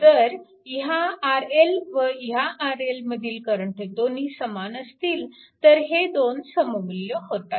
जर ह्या RL व ह्या RL मधील करंट दोन्ही समान असतील तर हे दोन सममुल्य होतात